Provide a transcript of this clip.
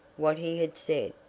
what he had said,